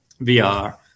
VR